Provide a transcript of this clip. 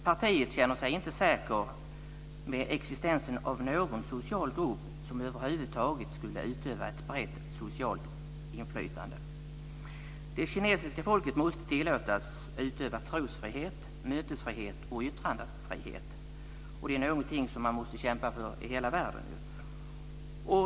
Partiet känner sig inte säkert med existensen av någon social grupp över huvud taget som utövar ett brett socialt inflytande. Det kinesiska folket måste tillåtas utöva trosfrihet, mötesfrihet och yttrandefrihet, och det är någonting som man måste kämpa för i hela världen.